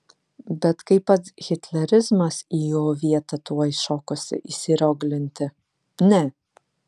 bet kai pats hitlerizmas į jo vietą tuoj šokosi įsirioglinti ne